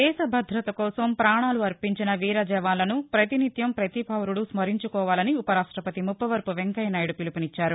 దేశభ్రద కోసం పాణాలు అర్పించిన వీరజవానులను పతి నిత్యం పతి పౌరుడు స్నరించుకోవాలని ఉపరాష్టపతి ముప్పవరపు వెంకయ్యనాయుడు పిలుపు నిచ్చారు